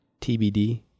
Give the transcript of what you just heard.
TBD